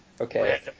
Okay